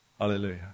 Hallelujah